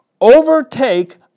overtake